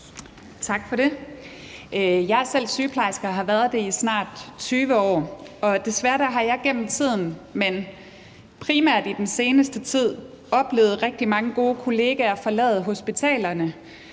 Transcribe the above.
Tak for det. Jeg er selv sygeplejerske og har været det i snart 20 år, og desværre har jeg gennem tiden, men primært i den seneste tid, oplevet rigtig mange gode kollegaer forlade hospitalerne